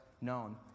known